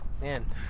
Man